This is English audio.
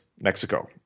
Mexico